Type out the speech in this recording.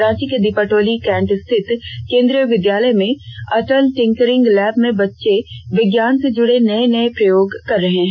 रांची के दीपाटोली कैंट स्थित केंद्रीय विद्यालय में अटल टिंकरिंग लैब में बच्चे विज्ञान से जुड़े नए नए प्रयोग कर रहे हैं